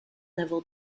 level